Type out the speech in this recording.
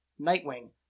Nightwing